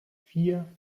vier